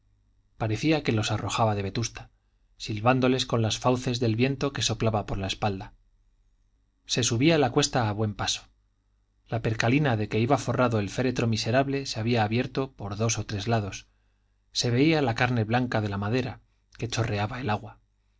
parecía que los arrojaba de vetusta silbándoles con las fauces del viento que soplaba por la espalda se subía la cuesta a buen paso la percalina de que iba forrado el féretro miserable se había abierto por dos o tres lados se veía la carne blanca de la madera que chorreaba el agua